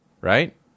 right